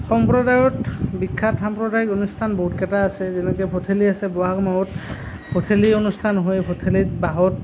সম্প্ৰদায়ত বিখ্যাত সম্প্ৰদায়িক অনুষ্ঠান বহুত কেইটা আছে যেনেকৈ ভঠেলি আছে বহাগ মাহত ভঠেলি অনুষ্ঠান হয় ভঠেলি বাঁহত